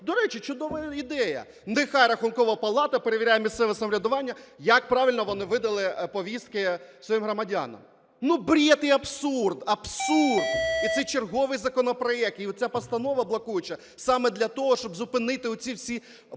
До речі, чудова ідея, нехай Рахункова палата перевіряє місцеве самоврядування, як правильно вони видали повістки своїм громадянам. Ну, бред і абсурд! Абсурд! І це черговий законопроект. І оця постанова блокуюча саме для того, щоб зупинити оці всі